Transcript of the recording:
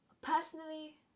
personally